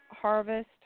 Harvest